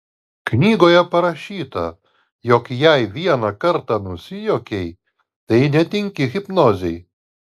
knygoje parašyta jog jei vieną kartą nusijuokei tai netinki hipnozei